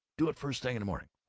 do it first thing in the morning.